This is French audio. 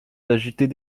d’agiter